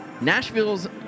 Nashville's